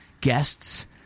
guests